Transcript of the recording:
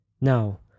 Now